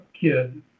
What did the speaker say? kid